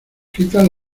quitas